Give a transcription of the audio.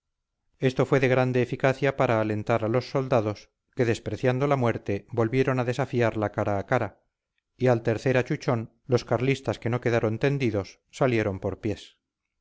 esto fue de grande eficacia para alentar a los soldados que despreciando la muerte volvieron a desafiarla cara a cara y al tercer achuchón los carlistas que no quedaron tendidos salieron por pies